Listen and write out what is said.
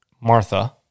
Martha